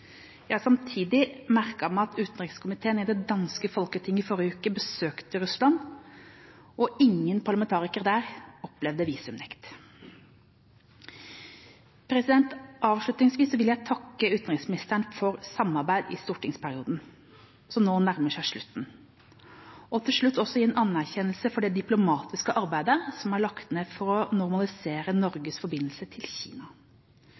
Jeg har samtidig merket meg at utenrikskomiteen i det danske Folketinget i forrige uke besøkte Russland, og ingen parlamentarikere der opplevde visumnekt. Avslutningsvis vil jeg takke utenriksministeren for samarbeidet i stortingsperioden som nå nærmer seg slutten, og gi en anerkjennelse for det diplomatiske arbeidet som er lagt ned for å normalisere Norges forbindelser til Kina.